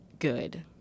good